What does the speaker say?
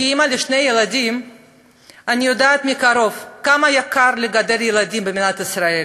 כאימא לשני ילדים אני יודעת מקרוב כמה יקר לגדל ילדים במדינת ישראל.